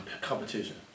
competition